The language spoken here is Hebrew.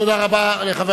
תודה רבה לחבר